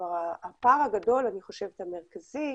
כלומר הפער הגדול המרכזי,